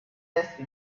est